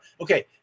Okay